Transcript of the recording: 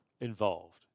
involved